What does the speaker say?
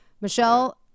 Michelle